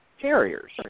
carriers